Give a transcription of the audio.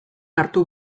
hartu